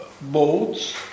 boats